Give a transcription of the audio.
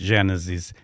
Genesis